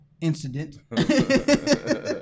incident